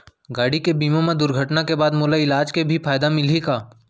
गाड़ी के बीमा मा दुर्घटना के बाद मोला इलाज के भी फायदा मिलही का?